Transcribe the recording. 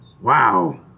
Wow